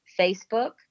Facebook